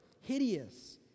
hideous